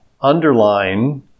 underline